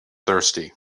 thirsty